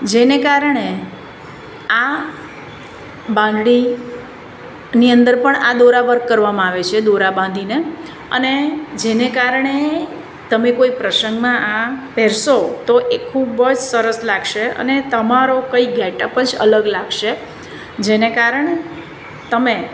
જેને કારણે આ બાંધણીની અંદર પણ આ દોરા વર્ક કરવામાં આવે છે દોરા બાંધીને અને જેને કારણે તમે કોઈ પ્રસંગમાં આ પહેરશો તો એ ખૂબ જ સરસ લાગશે અને તમારો કઈ ગેટઅપ જ અલગ લાગશે જેને કારણે તમે